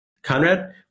Conrad